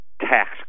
tax